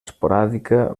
esporàdica